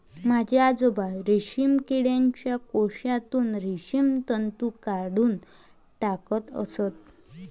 माझे आजोबा रेशीम किडीच्या कोशातून रेशीम तंतू काढून टाकत असत